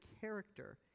character